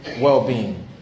well-being